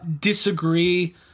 disagree